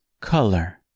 color